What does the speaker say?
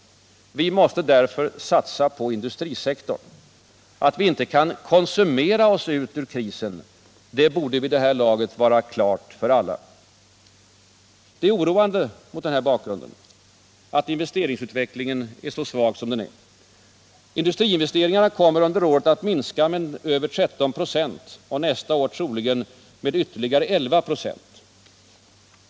Vi måste därför satsa på industrisektorn. Att vi inte kan konsumera oss ur krisen borde vid det här laget vara klart för alla. Det är mot den här bakgrunden oroande att investeringsutvecklingen är så svag som den är. Industriinvesteringarna kommer under året att minska med över 13 96 och nästa år troligen med ytterligare 11 926.